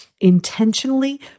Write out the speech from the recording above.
intentionally